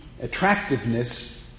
attractiveness